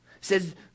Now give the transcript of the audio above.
says